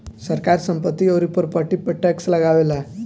सरकार संपत्ति अउरी प्रॉपर्टी पर टैक्स लगावेला